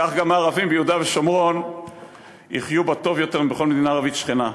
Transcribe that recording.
כך גם הערבים ביהודה ושומרון יחיו בה טוב יותר מבכל מדינה ערבית שכנה.